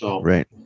Right